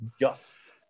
Yes